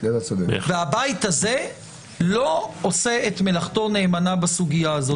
והבית הזה לא עושה את מלאכתו נאמנה בסוגיה הזאת.